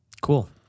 Cool